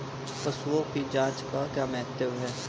पशुओं की जांच का क्या महत्व है?